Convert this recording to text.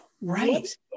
Right